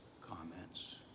comments